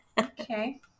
Okay